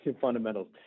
fundamentals